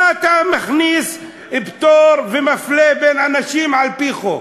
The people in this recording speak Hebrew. אבל מה אתה מכניס פטור ומפלה בין אנשים על-פי חוק?